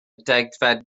degfed